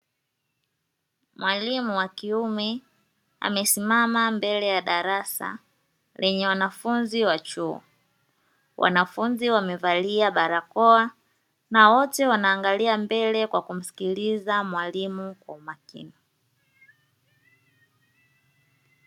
Mwalimu wa kiume amesimama mbele ya darasa lenye wanafunzi wa chuo, wanafunzi wamevalia barakoa na wote wameangalia mbele kwa kumsikiliza mwalimu kwa umakini.